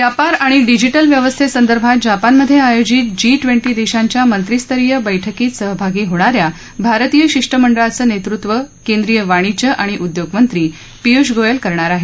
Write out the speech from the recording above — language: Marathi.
व्यापार आणि डिजिटल व्यवस्थेसंदर्भात जपानमध्ये आयोजित जी ट्वेन्टी देशांच्या मंत्रीस्तरीय बैठकीत सहभागी होणाऱ्या भारतीय शिष्टमंडळाचं नेतृत्व केंद्रीय वाणिज्य आणि उद्योग मंत्री पियुष गोयल करणार आहेत